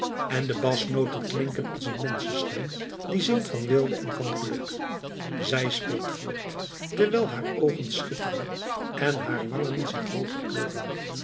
en de basnoten klinken als een menschenstem die zingt van weelde en van geluk zij speelt voort terwijl haar oogen schitteren en haar wangen zich hooger kleuren